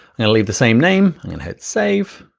and leave the same name and hit save,